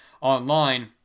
online